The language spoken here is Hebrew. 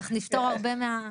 כך נפתור הרבה.